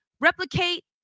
replicate